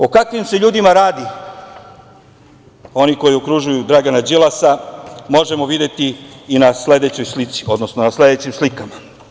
O kakvim se ljudima radi, oni koji okružuju Dragana Đilasa, možemo videti i na sledećoj slici, odnosno na sledećim slikama.